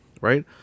right